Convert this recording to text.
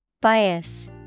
Bias